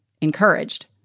encouraged